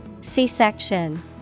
C-section